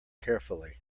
carefully